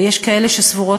ויש כאלה שסבורות,